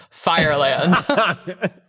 Fireland